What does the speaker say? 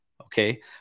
Okay